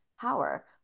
power